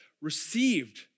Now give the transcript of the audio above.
received